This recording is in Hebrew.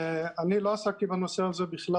אני לא עסקתי בנושא הזה בכלל.